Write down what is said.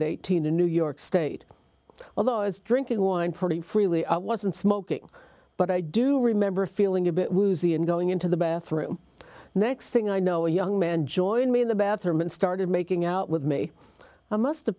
at eighteen in new york state although as drinking wine pretty freely i wasn't smoking but i do remember feeling a bit woozy and going into the bathroom next thing i know a young man joined me in the bathroom and started making out with me i must have